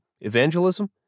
evangelism